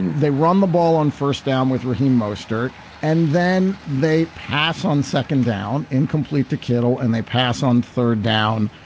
they run the ball on first down with raheem mostert and then they pass on second down incomplete to kittel and they pass on third down.